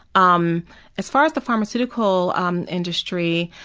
um as far as the pharmaceutical um industry,